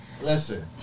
Listen